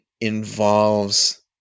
involves